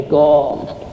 god